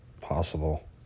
possible